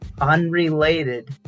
unrelated